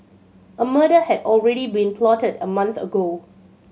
a murder had already been plotted a month ago